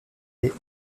des